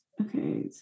Okay